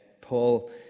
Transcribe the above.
Paul